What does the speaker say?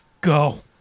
Go